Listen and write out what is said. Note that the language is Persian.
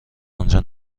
آنجا